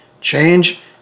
change